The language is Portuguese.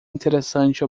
interessante